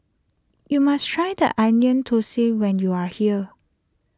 you must try the Onion Thosai when you are here